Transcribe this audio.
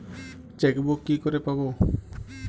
Chequebook কি করে পাবো?